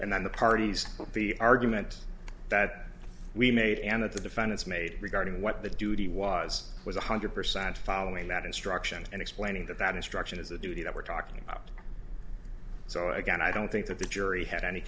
and then the parties the argument that we made and that the defendants made regarding what the duty was was one hundred percent following that instruction and explaining that that instruction is a duty that we're talking about so again i don't think that the jury had any